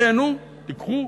תיהנו, תיקחו.